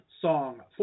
song